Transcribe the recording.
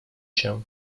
się